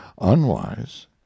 UNWISE